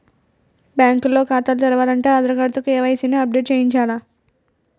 bank లో ఖాతా తెరాలంటే ఆధార్ తో కే.వై.సి ని అప్ డేట్ చేయించాల